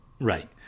Right